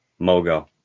Mogo